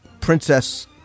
princess